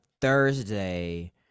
thursday